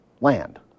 land